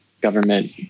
government